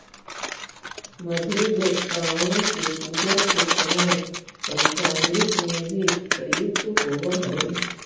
मधु देवताओं के पूजन के समय पंचामृत में भी प्रयुक्त होवअ हई